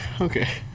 okay